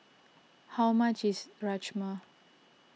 how much is Rajma